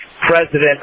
president